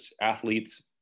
athletes